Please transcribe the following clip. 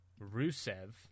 Rusev